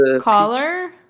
color